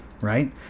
right